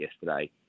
yesterday